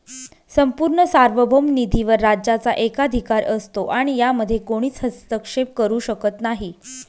संपूर्ण सार्वभौम निधीवर राज्याचा एकाधिकार असतो आणि यामध्ये कोणीच हस्तक्षेप करू शकत नाही